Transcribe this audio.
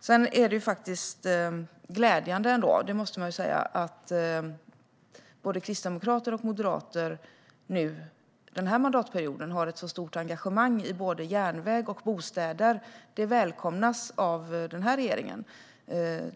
Sedan måste jag säga att det är glädjande att både kristdemokrater och moderater under den här mandatperioden har ett så stort engagemang i både järnväg och bostäder. Det välkomnas av den här regeringen.